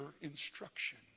instruction